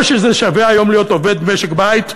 או שזה שווה היום להיות עובד משק בית,